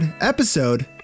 Episode